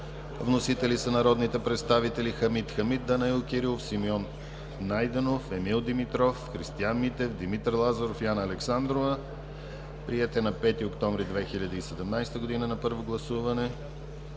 Вносители: народните представители Хамид Хамид, Данаил Кирилов, Симеон Найденов, Емил Димитров, Христиан Митев, Димитър Лазаров и Анна Александрова, внесен на 5 октомври 2017 г. Приет на първо гласуване